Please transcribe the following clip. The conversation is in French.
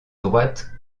droite